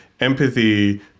empathy